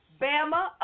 Bama